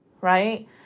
Right